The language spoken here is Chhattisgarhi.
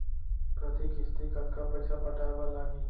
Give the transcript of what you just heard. प्रति किस्ती कतका पइसा पटाये बर लागही?